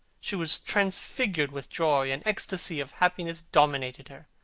she was transfigured with joy. an ecstasy of happiness dominated her.